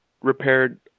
repaired